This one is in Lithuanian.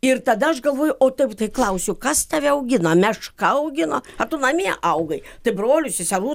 ir tada aš galvoju o taip tai klausiu kas tave augino meška augino tu namie augai tai brolių seserų